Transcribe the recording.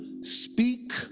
speak